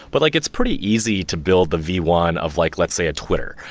but like it's pretty easy to build the v one of like let's say, a twitter.